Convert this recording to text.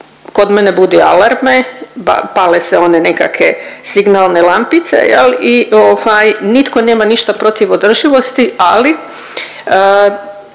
kod mene budi alarme, pale se one nekakve signalne lampice jel i ovaj nitko nema ništa protiv održivosti, ali